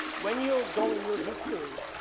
when you go in your history,